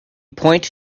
point